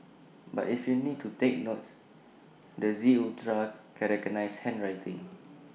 but if you need to take notes the Z ultra can recognise handwriting